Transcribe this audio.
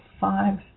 five